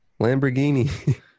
Lamborghini